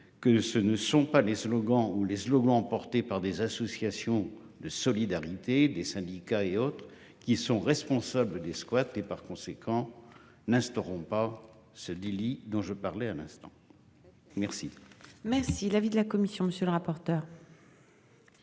que ce ne sont pas les slogans ou les slogans. Par des associations de solidarité des syndicats et autres qui sont responsables des squats et par conséquent n'instaurons pas ce délit dont je parlais à l'instant. Merci, merci. L'avis de la commission. Monsieur le rapporteur.